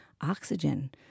oxygen